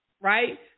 right